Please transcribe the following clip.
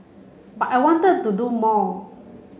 but I wanted to do more